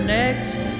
next